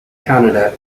canada